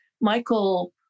Michael